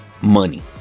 Money